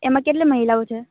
એમાં કેટલી મહિલાઓ છે